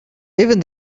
even